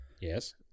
Yes